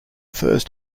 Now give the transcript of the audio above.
first